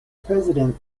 president